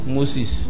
Moses